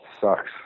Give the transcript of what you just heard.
sucks